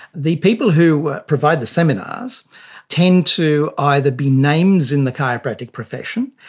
the people who provide the seminars tend to either be names in the chiropractic profession,